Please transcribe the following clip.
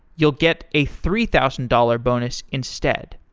you'll get a three thousand dollars bonus instead.